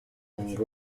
ngo